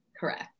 Correct